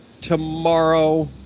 tomorrow